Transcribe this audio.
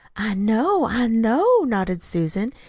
i know, i know, nodded susan.